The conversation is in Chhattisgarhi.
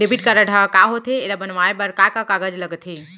डेबिट कारड ह का होथे एला बनवाए बर का का कागज लगथे?